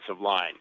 line